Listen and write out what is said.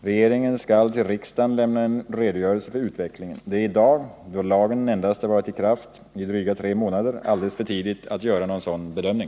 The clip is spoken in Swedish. Regeringen skall till riksdagen lämna en redogörelse för utvecklingen. Det är i dag — då lagen endast varit i kraft i dryga tre månader — alldeles för tidigt att göra någon sådan bedömning.